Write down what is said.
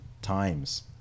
times